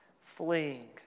fleeing